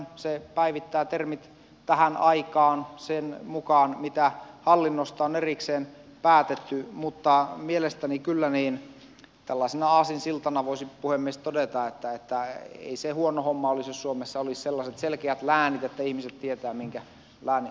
se päivittää termit tähän aikaan sen mukaan mitä hallinnosta on erikseen päätetty mutta mielestäni kyllä tällaisena aasinsiltana voisin puhemies todeta että ei se huono homma olisi jos suomessa olisi sellaiset selkeät läänit että ihmiset tietävät minkä läänin